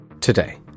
Today